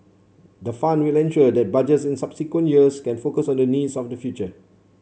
the fund will ensure that Budgets in subsequent years can focus on the needs of the future